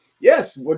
yes